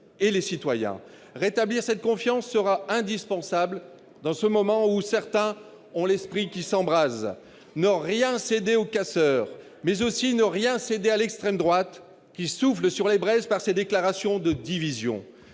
et les citoyens. Rétablir cette confiance sera indispensable au moment où certains ont l'esprit qui s'embrase : ne rien céder aux casseurs, mais aussi ne rien céder à l'extrême droite, qui souffle sur les braises par ses déclarations de divisions.